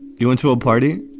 you went to a party